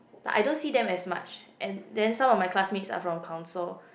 but I don't see them as much and then some of my classmates are from council